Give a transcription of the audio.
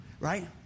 right